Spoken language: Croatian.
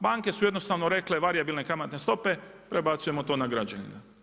Banke su jednostavno rekle varijabilne kamatne stope, prebacujemo to na građanina.